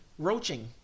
Roaching